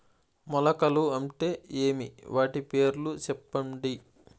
మొలకలు అంటే ఏమి? వాటి పేర్లు సెప్పండి?